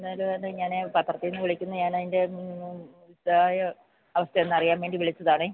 എന്നാൽ അത് ഞാൻ പത്രത്തിൽ നിന്ന് വിളിക്കുന്നത് ഞാൻ അതിൻ്റെ ഒന്ന് വിശദമായ അവസ്ഥ ഒന്നറിയാൻ വേണ്ടി വിളിച്ചതാണേ